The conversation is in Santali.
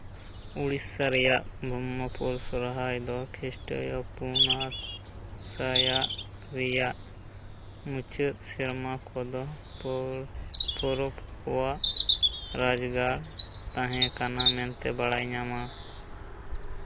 ᱚᱲᱤᱥᱥᱟ ᱨᱮᱭᱟᱜ ᱵᱨᱚᱢᱟᱦᱟᱯᱩᱨ ᱥᱟᱦᱟᱨ ᱫᱚ ᱠᱷᱤᱥᱴᱚ ᱯᱩᱱᱟᱠ ᱥᱟᱭᱟᱱ ᱨᱮᱭᱟᱜ ᱢᱩᱪᱟᱹᱫ ᱥᱮᱨᱢᱟ ᱠᱚᱫᱚ ᱯᱚᱨᱚᱵᱽ ᱠᱚᱣᱟᱜ ᱨᱟᱡᱽᱜᱟᱲ ᱛᱟᱦᱮᱸᱠᱟᱱᱟ ᱢᱮᱱᱛᱮ ᱵᱟᱲᱟᱭ ᱧᱟᱢᱚᱜᱼᱟ